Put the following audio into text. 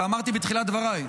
ואמרתי בתחילת דבריי,